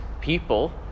people